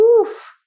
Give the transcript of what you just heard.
Oof